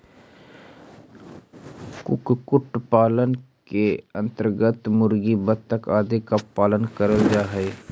कुक्कुट पालन के अन्तर्गत मुर्गी, बतख आदि का पालन करल जा हई